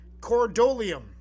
Cordolium